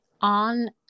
on